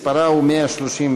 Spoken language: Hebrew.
מספרה הוא 131,